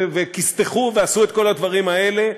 כסת"חו ועשו את כל הדברים האלה,